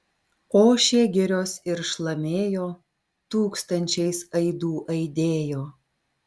ošė girios ir šlamėjo tūkstančiais aidų aidėjo